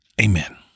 amen